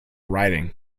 riding